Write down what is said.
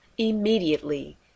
Immediately